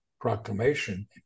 proclamation